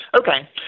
Okay